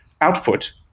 output